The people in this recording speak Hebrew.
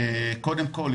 קודם כול,